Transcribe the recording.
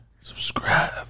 Subscribe